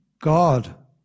God